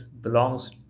belongs